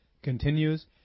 continues